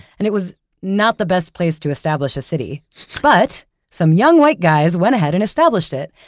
and it was not the best place to establish a city but some young white guys went ahead and established it,